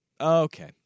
Okay